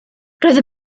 roedd